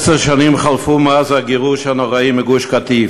עשר שנים חלפו מאז הגירוש הנוראי מגוש-קטיף.